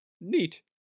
neat